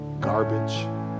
garbage